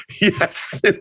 Yes